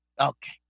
Okay